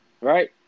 right